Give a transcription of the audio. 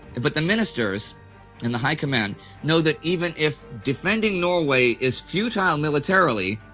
but the ministers and the high command know that even if defending norway is futile militarily,